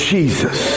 Jesus